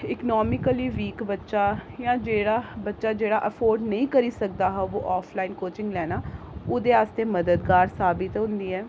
इक economically weak बच्चा जां जेह्ड़ा बच्चा अफोर्ड नेईं करी सकदा हा ओह् आफलाइन कोचिंग लैना उ'दे आस्तै मददगार साबत होंदी ऐ